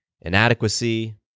inadequacy